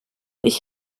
ich